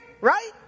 right